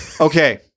okay